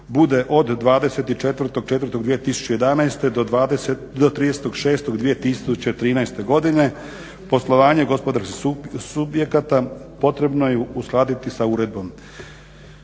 bude od 24.04.2011. -30.06.2013. godine, poslovanje gospodarskih subjekata potrebno je uskladiti sa uredbom.